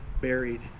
buried